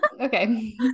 Okay